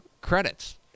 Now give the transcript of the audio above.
credits